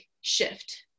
shift